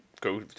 go